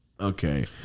Okay